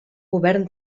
govern